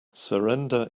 surrender